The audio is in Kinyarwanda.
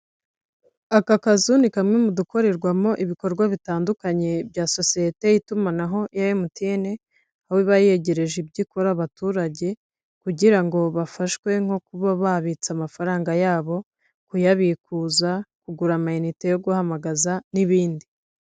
Aka kazu ni kamwe mu dukorerwamo ibikorwa bitandukanye bya sosiyete y'itumanaho ya emutiyene, aho iba yegereje ibyo ikora abaturage, kugira ngo bafashwe nko kuba babitsa amafaranga yabo, kuyabikuza, kugura meyinite yo guhamagaza, n'ibindi.